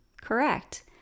correct